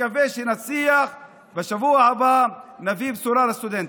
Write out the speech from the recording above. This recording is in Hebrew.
מקווה שנצליח ושבשבוע הבא נביא בשורה לסטודנטים.